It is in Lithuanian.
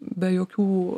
be jokių